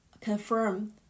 confirm